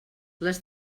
les